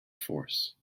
force